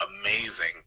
amazing